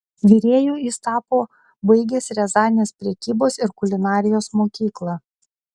virėju jis tapo baigęs riazanės prekybos ir kulinarijos mokyklą